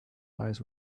eyes